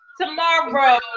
tomorrow